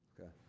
Okay